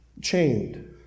chained